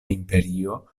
imperio